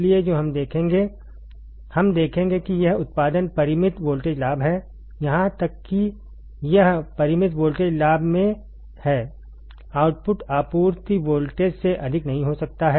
इसलिए जो हम देखेंगे हम देखेंगे कि यह उत्पादन परिमित वोल्टेज लाभ में है यहां तक कि यह परिमित वोल्टेज लाभ में है आउटपुट आपूर्ति वोल्टेज से अधिक नहीं हो सकता है